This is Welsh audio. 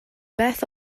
beth